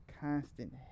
constant